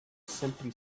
simply